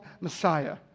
Messiah